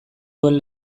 duen